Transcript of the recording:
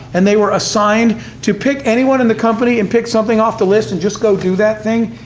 and they were assigned to pick anyone in the company, and pick something off the list, and just go do that thing,